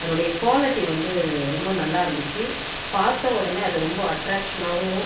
அதனுடைய குவாலட்டி வந்து ரொம்ப நல்லா இருந்துச்சு பார்த்த உடனே அது ரொம்ப அட்ராக்ஷனாகவும்